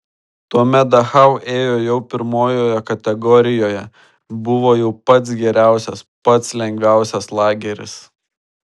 tuomet dachau ėjo jau pirmojoje kategorijoje buvo jau pats geriausias pats lengviausias lageris